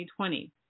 2020